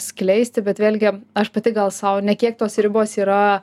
skleisti bet vėlgi aš pati gal sau ne kiek tos ribos yra